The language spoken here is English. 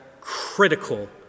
critical